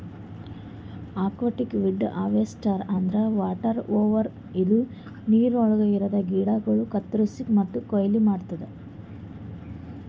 aquatic weed harvester ಅಂದ್ರ water mower ಇದು ನೀರವಳಗ್ ಇರದ ಗಿಡಗೋಳು ಕತ್ತುರಸಿ ಮತ್ತ ಕೊಯ್ಲಿ ಮಾಡ್ತುದ